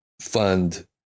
fund